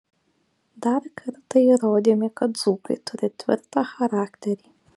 dar kartą įrodėme kad dzūkai turi tvirtą charakterį